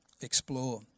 explore